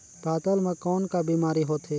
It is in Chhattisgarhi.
पातल म कौन का बीमारी होथे?